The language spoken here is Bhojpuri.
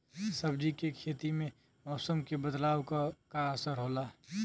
सब्जी के खेती में मौसम के बदलाव क का असर होला?